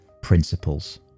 principles